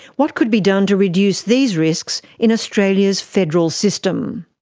what could be done to reduce these risks in australia's federal system?